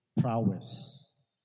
prowess